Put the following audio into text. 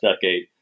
decade